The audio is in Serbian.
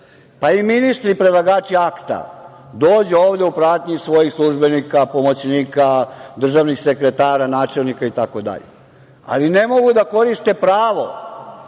pa i ministri predlagači akta dođu ovde u pratnji svojih službenika, pomoćnika, državnih sekretara, načelnika, itd, ali ne mogu da koriste pravo